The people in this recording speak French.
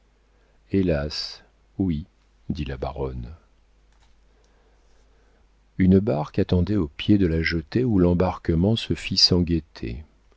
hélas oui dit la baronne une barque attendait au pied de la jetée où l'embarquement se fit sans gaieté